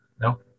no